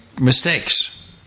mistakes